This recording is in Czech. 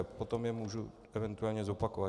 Potom je můžu eventuálně zopakovat.